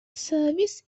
service